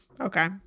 Okay